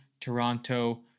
Toronto